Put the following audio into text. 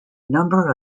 number